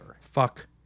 fuck